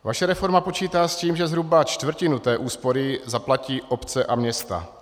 Vaše reforma počítá s tím, že zhruba čtvrtinu té úspory zaplatí obce a města.